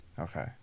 okay